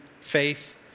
faith